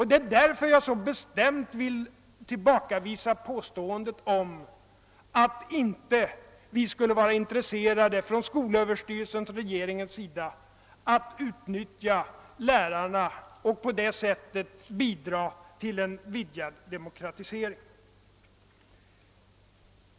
Det är därför jag så bestämt vill tillbakavisa påståendet om att skolöverstyrelsen och regeringen inte skulle vara intresserade av att utnyttja lärarna och på detta sätt bidraga till en vidgad demokratisering.